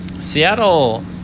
Seattle